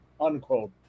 unquote